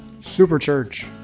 superchurch